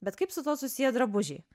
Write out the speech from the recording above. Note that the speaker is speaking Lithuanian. bet kaip su tuo susiję drabužiai